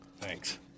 thanks